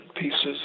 pieces